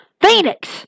Phoenix